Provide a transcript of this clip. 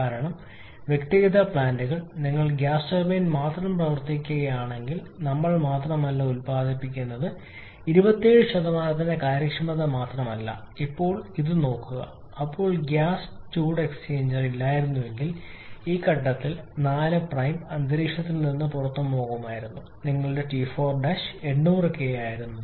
കാരണം വ്യക്തിഗത പ്ലാന്റുകൾ നിങ്ങൾ ഗ്യാസ് ടർബൈൻ മാത്രം പ്രവർത്തിപ്പിക്കുകയാണെങ്കിൽ ഞങ്ങൾ മാത്രമല്ല ഉത്പാദിപ്പിക്കുന്നത് 27 ന്റെ കാര്യക്ഷമത മാത്രമല്ല ഇത് നോക്കുക അപ്പോൾ ഗ്യാസ് ചൂട് എക്സ്ചേഞ്ചർ ഇല്ലായിരുന്നുവെങ്കിൽ ഈ ഘട്ടത്തിൽ 4 പ്രൈം അന്തരീക്ഷത്തിൽ നിന്ന് പുറത്തുപോകുമായിരുന്നു നിങ്ങളുടെ ടി 4 800 കെ ആയിരുന്നു